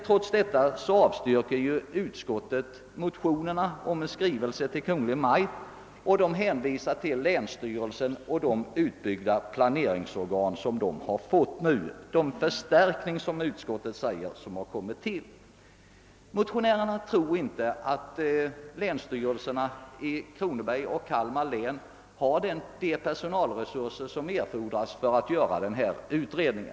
Trots detta avstyrker utskottet motionerna om en skrivelse till Kungl. Maj:t och hänvisar till att länsstyrelserna och planeringsråden i Kronobergs och Kalmar län har de erforderliga personalresurserna för att kunna göra denna utredning.